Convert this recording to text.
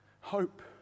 Hope